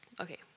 okay